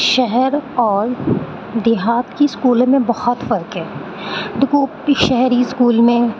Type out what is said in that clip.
شہر اور دیہات کی اسکولوں میں بہت فرق ہے دیکھو شہری اسکول میں